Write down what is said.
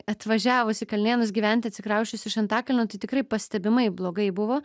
atvažiavus į kalnėnus gyventi atsikrausčiusi iš antakalnio tai tikrai pastebimai blogai buvo